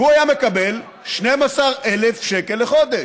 והוא היה מקבל 12,000 שקל לחודש.